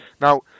now